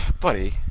Buddy